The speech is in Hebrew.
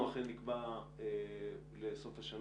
אנחנו אכן נקבע לסוף השנה,